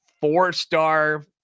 four-star